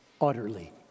utterly